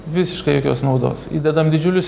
visiškai jokios naudos įdedam didžiulius